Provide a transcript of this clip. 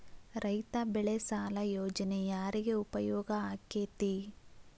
ರೈತ ಬೆಳೆ ಸಾಲ ಯೋಜನೆ ಯಾರಿಗೆ ಉಪಯೋಗ ಆಕ್ಕೆತಿ?